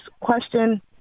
question